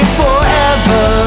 forever